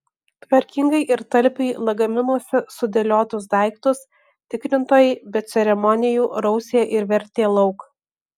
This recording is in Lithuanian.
tvarkingai ir talpiai lagaminuose sudėliotus daiktus tikrintojai be ceremonijų rausė ir vertė lauk